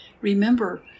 Remember